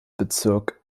bezirk